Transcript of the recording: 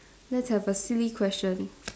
let's have a silly question